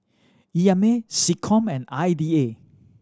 E M A SecCom and I D A